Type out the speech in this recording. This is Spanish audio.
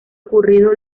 ocurrido